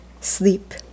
sleep